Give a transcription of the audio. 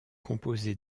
composé